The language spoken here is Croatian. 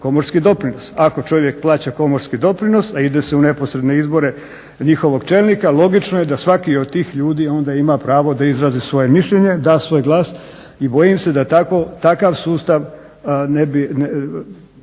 komorski doprinos. Ako čovjek plaća komorski doprinos, a ide se u neposredne izbore njihovog čelnika logično je da svaki od tih ljudi onda ima pravo da izrazi svoje mišljenje, da svoj glas i bojim se da takav sustav neće